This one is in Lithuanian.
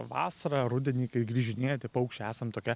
vasarą rudenį kai grįžinėja tie paukščiai esam tokia